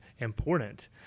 important